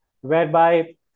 whereby